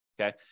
okay